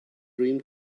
dream